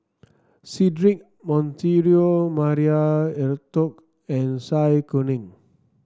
Cedric Monteiro Maria Hertogh and Zai Kuning